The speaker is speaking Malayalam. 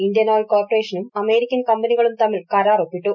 ഇന്ത്യൻ ഓയിൽ കോർപ്പറേഷനും അമേരിക്കൻ കമ്പനികളും തമ്മിൽ കരാർ ഒപ്പിട്ടു